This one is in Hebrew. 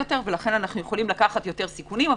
יותר ולכן אנו יכולים לקחת יותר סיכונים,